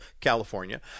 california